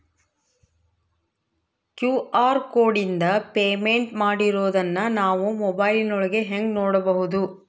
QR ಕೋಡಿಂದ payment ಮಾಡಿರೋದನ್ನ ನಾವು ಮೊಬೈಲಿನೊಳಗ ಹೆಂಗ ನೋಡಬಹುದು?